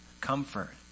comfort